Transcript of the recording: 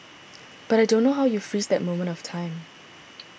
but I don't know how you freeze that moment of time